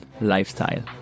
lifestyle